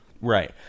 Right